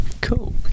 cool